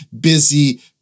busy